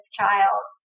child